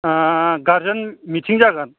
guardian मिथिं जागोन